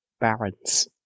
barons